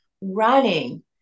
running